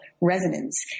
resonance